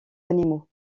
animaux